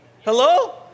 Hello